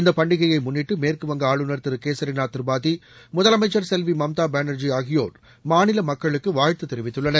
இந்த பண்டிகையை முன்னிட்டு மேற்குவங்க ஆளுநர் திரு கேசரிநாத் திரிபாதி முதலமைச்சர் செல்வி மம்தா பானர்ஜி ஆகியோர் மாநில மக்களுக்கு வாழ்த்து தெரிவித்துள்ளனர்